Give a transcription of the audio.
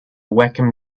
wacom